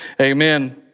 Amen